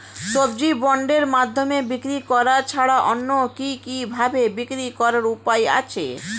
সবজি বন্ডের মাধ্যমে বিক্রি করা ছাড়া অন্য কি কি ভাবে বিক্রি করার উপায় আছে?